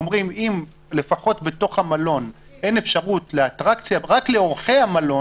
שאומרים שאם לפחות בתוך המלון אין אפשרות לאטרקציה רק לאורחי המלון,